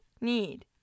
need